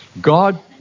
God